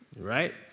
Right